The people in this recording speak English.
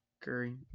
Curry